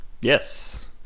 Yes